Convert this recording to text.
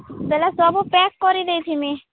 ବେଲେ ସବୁ ପ୍ୟାକ୍ କରିଦେଇଥିମି